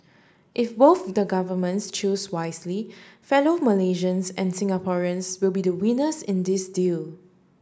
if both the governments choose wisely fellow Malaysians and Singaporeans will be the winners in this deal